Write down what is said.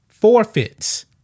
Forfeits